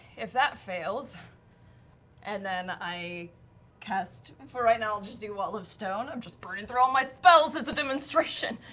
if that fails and then i cast, and for right now just do wall of stone, i'm just burning through all my spells as a demonstration.